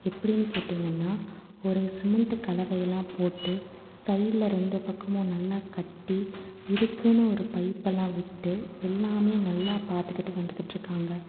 எப்படின்னு கேட்டீங்கன்னா ஒரு சிமெண்ட்டு கலவையெல்லாம் போட்டு சைடில் ரெண்டு பக்கமும் நல்லா கட்டி இதுக்குனு ஒரு பைப்பெல்லாம் விட்டு எல்லாம் நல்லா பார்த்துக்கிட்டு வந்துக்கிட்டுருக்காங்க